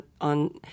on –